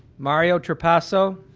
mario trapasso